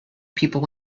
people